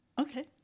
Okay